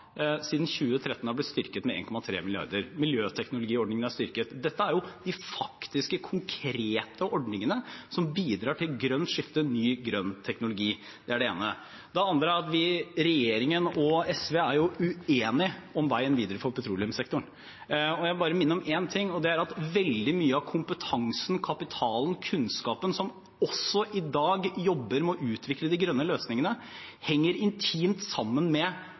siden 2013 er blitt styrket med 1,3 mrd. kr. Miljøteknologiordningen er styrket. Dette er de faktiske, konkrete ordningene som bidrar til grønt skifte, ny grønn teknologi. Det er det ene. Det andre er at regjeringen og SV er uenige om veien videre for petroleumssektoren. Jeg vil minne om en ting, og det er at veldig mye av kompetansen, kapitalen og kunnskapen som også i dag jobber med å utvikle de grønne løsningene, henger intimt sammen med